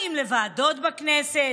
באים לוועדות בכנסת,